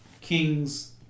king's